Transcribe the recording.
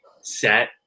set